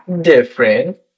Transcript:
different